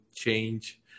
change